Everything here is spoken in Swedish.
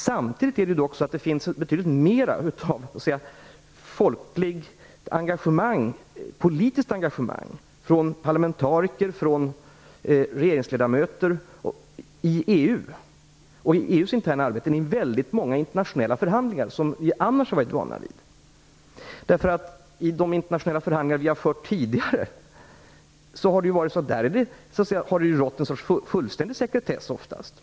Samtidigt finns det betydligt mera av folkligt och politiskt engagemang, från parlamentariker och från regeringsledamöter, i EU:s interna arbete än i väldigt många av de internationella förhandlingar som vi i övrigt har varit vana vid. I de internationella förhandlingar som vi har fört tidigare har det oftast rått en närmast fullständig sekretess.